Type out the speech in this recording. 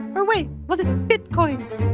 or wait. was it bitcoins?